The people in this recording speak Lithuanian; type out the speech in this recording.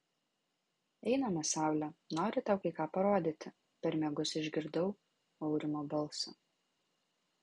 einame saule noriu tau kai ką parodyti per miegus išgirdau aurimo balsą